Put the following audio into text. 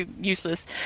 useless